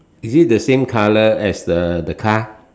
is it the same color as the the car